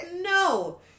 no